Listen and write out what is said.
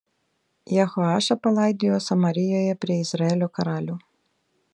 jehoašą palaidojo samarijoje prie izraelio karalių